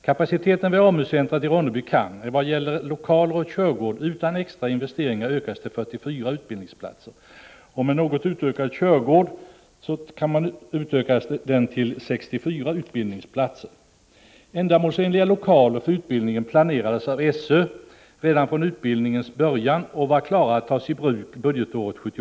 Kapaciteten vid AMU-centret i Ronneby kan, i vad gäller lokaler och körgård, utan extra investeringar ökas till 44 utbildningsplatser och med något utökad körgård till 64 utbildningsplatser. Ändamålsenliga lokaler för utbildningen planerades av SÖ redan från utbildningens början och var klara att tas i bruk budgetåret 1978/79.